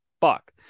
fuck